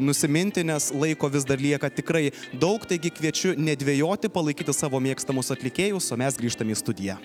nusiminti nes laiko vis dar lieka tikrai daug taigi kviečiu nedvejoti palaikyti savo mėgstamus atlikėjus o mes grįžtam į studiją